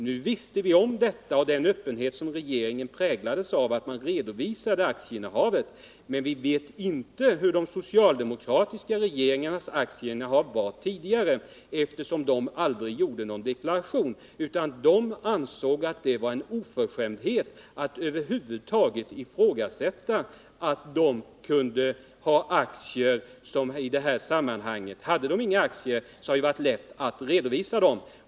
Nu visste vi dock om detta genom den öppenhet som präglade regeringen att vilja redovisa aktieinnehavet, men vi kände inte till de socialdemokratiska regeringsledamöternas aktieinnehav tidigare, eftersom dessa regeringar aldrig avgav någon sådan deklaration, utan tvärtom ansåg att det var en oförskämdhet att över huvud taget ifrågasätta att de kunde ha några aktier. Hade de inga aktier, hade det ju varit lätt att redovisa detta.